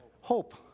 hope